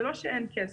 זה לא שאין כסף,